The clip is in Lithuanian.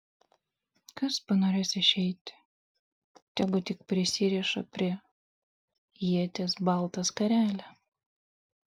kas panorės išeiti tegu tik prisiriša prie ieties baltą skarelę